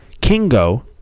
Kingo